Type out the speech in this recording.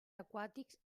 aquàtics